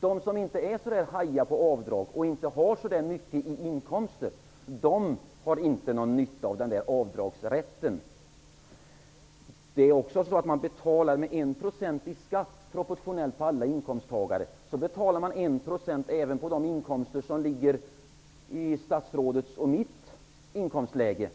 De som inte är så duktiga på avdrag och som inte har så stora inkomster har inte någon nytta av avdragsrätten. Det är också så att om alla inkomsttagare betalar 1 % i skatt proportionellt, blir det 1 % även på de inkomster som ligger i statsrådets och mitt eget inkomstläge.